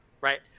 right